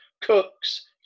cooks